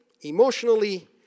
emotionally